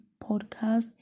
podcast